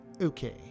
okay